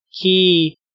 key